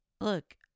Look